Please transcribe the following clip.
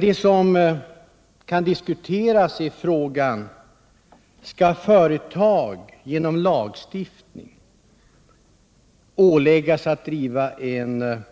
Det som kan diskuteras är däremot frågan: Skall företag genom lagstiftning åläggas att driva en